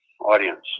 audience